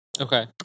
Okay